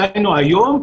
דהיינו היום,